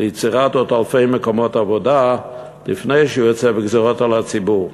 ליצירת עוד אלפי מקומות עבודה לפני שהוא יוצא בגזירות על הציבור?